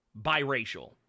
biracial